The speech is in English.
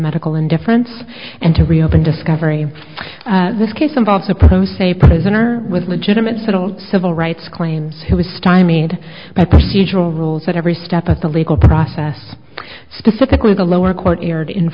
medical indifference and to reopen discovery this case involves a pro se prisoner with legitimate civil rights claims he was stymied by procedural rules that every step of the legal process specifically the lower court erred in